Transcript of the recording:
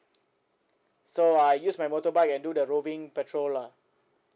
so I use my motorbike and do the roving patrol lah